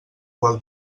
qual